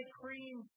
cream